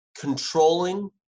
controlling